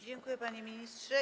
Dziękuję, panie ministrze.